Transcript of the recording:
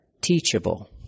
teachable